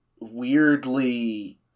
weirdly